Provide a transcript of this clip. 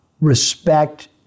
respect